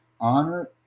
honor